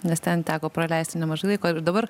nes ten teko praleisti nemažai laiko ir dabar